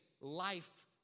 life